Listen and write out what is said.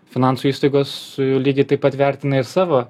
finansų įstaigos lygiai taip pat vertina ir savo